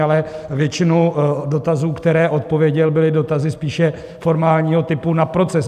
Ale většinu dotazů, které odpověděl, byly dotazy spíše formálního typu na proces.